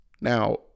now